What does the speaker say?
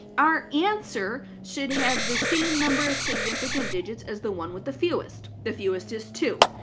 our answer should have the same number of significant digits as the one with the fewest. the fewest is two.